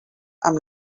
amb